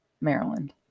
Maryland